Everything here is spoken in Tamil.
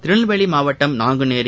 திருநெல்வேலி மாவட்டம் நாங்குநேரி